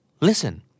Listen